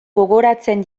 gogoratzen